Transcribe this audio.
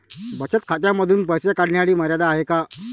बचत खात्यांमधून पैसे काढण्याची मर्यादा आहे का?